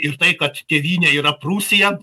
ir tai kad tėvynė yra prūsija